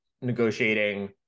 negotiating